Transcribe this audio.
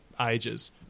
ages